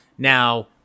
Now